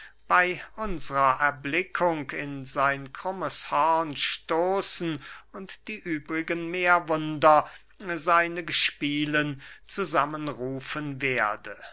bey unsrer erblickung in sein krummes horn stoßen und die übrigen meerwunder seine gespielen zusammen rufen werde